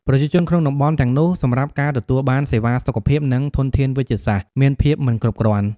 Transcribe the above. ប្រជាជនក្នុងតំបន់ទាំងនោះ សម្រាប់ការទទួលបានសេវាសុខភាព និងធនធានវេជ្ជសាស្ត្រមានភាពមិនគ្រប់គ្រាន់។